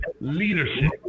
leadership